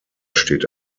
steht